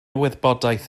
wybodaeth